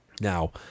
Now